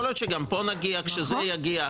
יכול להיות שגם פה נגיע כשזה יגיע.